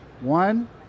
One